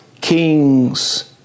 Kings